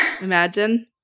imagine